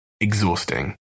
exhausting